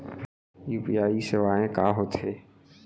UPI सेवाएं का होथे?